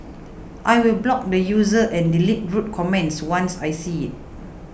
I will block the user and delete rude comments once I see it